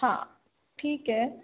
हां ठीक आहे